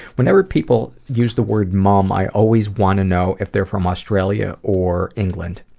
whenever people use the word mum, i always want to know if they're from australia or england,